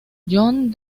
john